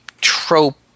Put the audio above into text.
trope